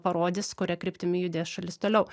parodys kuria kryptimi judės šalis toliau